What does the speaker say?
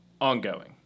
ongoing